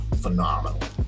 phenomenal